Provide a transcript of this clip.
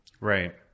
Right